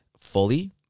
fully